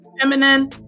feminine